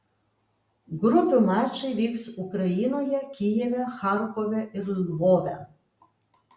grupių mačai vyks ukrainoje kijeve charkove ir lvove